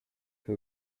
who